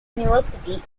university